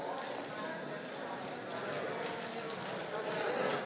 Hvala